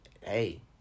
Hey